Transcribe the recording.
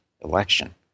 election